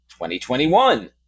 2021